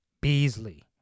Beasley